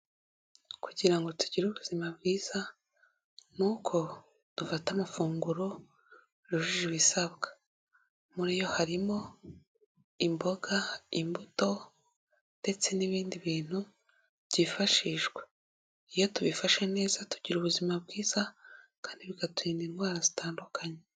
Kugira ngo tugire ubuzima bwiza nuko dufata amafunguro yujuje ibisabwa, muri yo harimo imboga, imbuto, ndetse n'ibindi bintu byifashishwa, iyo tubifashe neza tugira ubuzima bwiza kandi bikaturinda indwara zitandukanye.